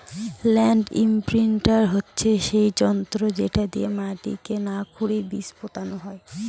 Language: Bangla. ল্যান্ড ইমপ্রিন্টার হচ্ছে সেই যন্ত্র যেটা দিয়ে মাটিকে না খুরেই বীজ পোতা হয়